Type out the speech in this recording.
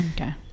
Okay